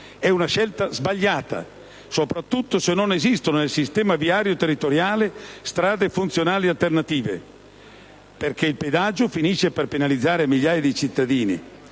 è una scelta sbagliata, soprattutto se non esistono, nel sistema viario territoriale, strade funzionali alternative, perché il pedaggio finisce per penalizzare migliaia di cittadini.